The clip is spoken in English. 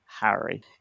Harry